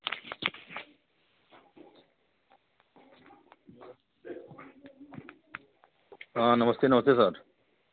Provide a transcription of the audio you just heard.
हाँ नमस्ते नमस्ते सर